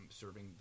serving